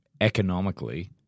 economically